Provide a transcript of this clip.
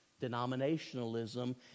denominationalism